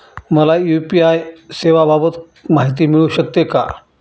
मला यू.पी.आय सेवांबाबत माहिती मिळू शकते का?